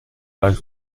dal